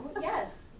yes